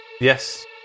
Yes